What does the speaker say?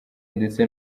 ndetse